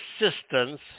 assistance